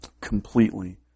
completely